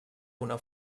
una